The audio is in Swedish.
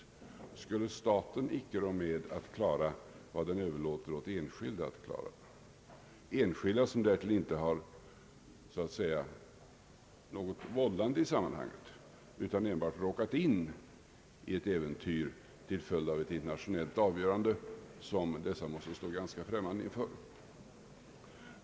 Skulle staten icke rå med att klara vad den överlåter åt enskilda att klara, enskilda som därtill inte har något vållande i sammanhanget utan enbart har råkat in i ett äventyr till följd av ett internationellt av görande som de måste stå ganska främmande inför.